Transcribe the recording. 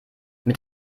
mit